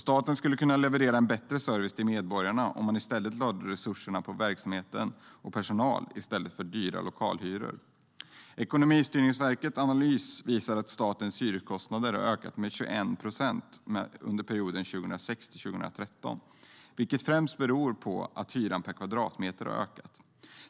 Staten skulle kunna leverera en bättre service till medborgarna om man lade resurserna på verksamhet och personal i stället för dyra lokalhyror. Ekonomistyrningsverkets analys visar att statens hyreskostnader har ökat med 21 procent under perioden 2006-2013, vilket främst beror på att hyran per kvadratmeter har ökat.